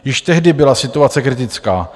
Již tehdy byla situace kritická.